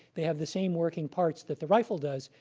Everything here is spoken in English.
they have the same working parts that the rifle does.